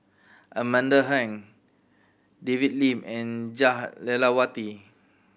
Amanda Heng David Lim and Jah Lelawati